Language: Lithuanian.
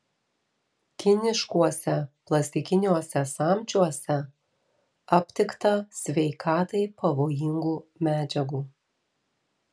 kiniškuose plastikiniuose samčiuose aptikta sveikatai pavojingų medžiagų